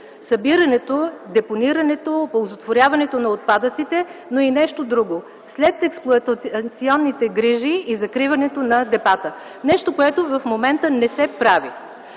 събирането, депонирането, оползотворяването на отпадъците, но и нещо друго – след експлоатационните грижи и закриването на депата. Нещо, което в момента не се прави.